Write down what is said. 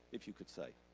if you could say.